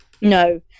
No